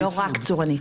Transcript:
לא רק צורנית.